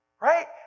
Right